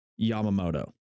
Yamamoto